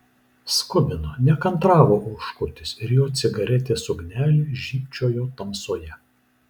skubino nekantravo oškutis ir jo cigaretės ugnelė žybčiojo tamsoje